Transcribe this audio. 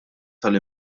tal